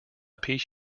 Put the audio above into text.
peace